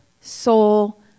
soul